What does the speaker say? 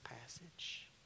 passage